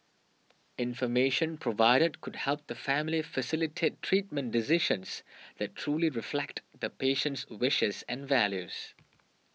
information provided could help the family facilitate treatment decisions that truly reflect the patient's wishes and values